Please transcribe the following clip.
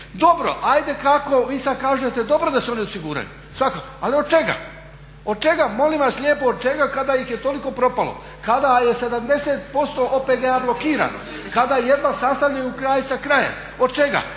Dobro, hajde kako vi sad kažete dobro da se oni osiguraju svakako, ali od čega? Od čega molim vas lijepo od čega kada ih je toliko propalo, kada je 70% OPG-a blokirano, kada jedva sastavljaju kraj sa krajem, od čega?